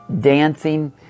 dancing